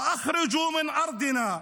ואתה תמשיך לצעוק ותישאר באופוזיציה.